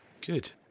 Good